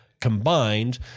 combined